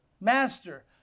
Master